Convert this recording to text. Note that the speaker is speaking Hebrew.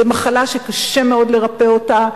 זו מחלה שקשה מאוד לרפא אותה.